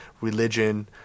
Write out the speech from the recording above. religion